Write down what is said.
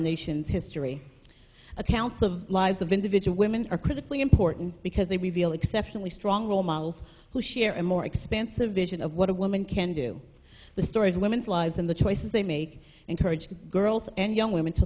nation's history accounts of lives of individual women are critically important because they reveal exceptionally strong role models who share a more expansive vision of what a woman can do the stories women's lives and the choices they make encourage girls and young women